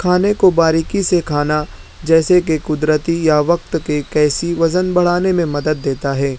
کھانے کو باریکی سے کھانا جیسے کہ قدرتی یا وقت کے کیسی وزن بڑھانے میں مدد دیتا ہے